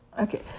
Okay